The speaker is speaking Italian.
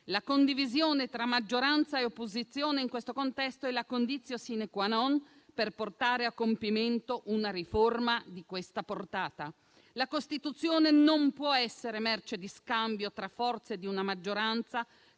La condivisione tra maggioranza e opposizione, in questo contesto, è la *conditio sine qua non* per portare a compimento una riforma di questa portata. La Costituzione non può essere merce di scambio tra forze di una maggioranza